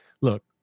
look